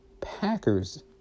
Packers